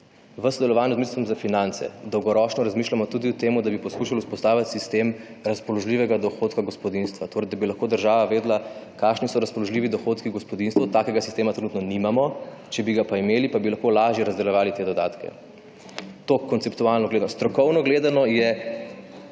V sodelovanju z Ministrstvom za finance dolgoročno razmišljamo tudi o tem, da bi poskušali vzpostaviti sistem razpoložljivega dohodka gospodinjstva, torej da bi lahko država vedela, kakšni so razpoložljivi dohodki v gospodinjstvu. Takega sistema trenutno nimamo, če bi ga pa imeli, pa bi lahko lažje razdeljevali te dodatke. Toliko konceptualno gledano. Strokovno gledano je